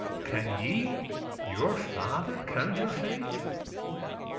can ye your father counterfeit?